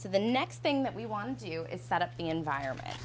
so the next thing that we want to do is set up the environment